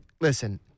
listen